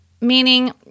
meaning